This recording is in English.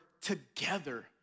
together